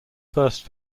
first